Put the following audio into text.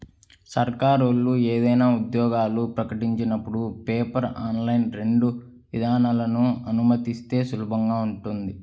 సర్కారోళ్ళు ఏదైనా ఉద్యోగాలు ప్రకటించినపుడు పేపర్, ఆన్లైన్ రెండు విధానాలనూ అనుమతిస్తే సులభంగా ఉంటది